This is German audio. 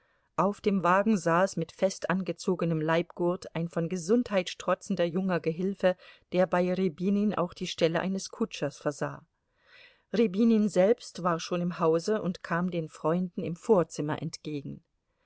auf dem wagen saß mit fest angezogenem leibgurt ein von gesundheit strotzender junger gehilfe der bei rjabinin auch die stelle eines kutschers versah rjabinin selbst war schon im hause und kam den freunden im vorzimmer entgegen